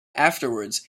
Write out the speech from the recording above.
afterwards